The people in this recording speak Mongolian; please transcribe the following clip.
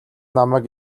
намайг